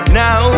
now